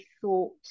thought